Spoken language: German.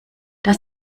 das